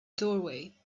doorway